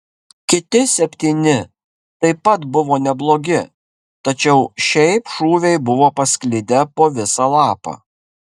kiti septyni taip pat buvo neblogi tačiau šiaip šūviai buvo pasklidę po visą lapą